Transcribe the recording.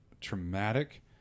traumatic